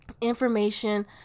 information